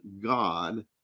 God